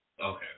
Okay